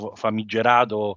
famigerato